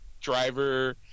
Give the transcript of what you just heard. driver